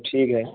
ٹھیک ہے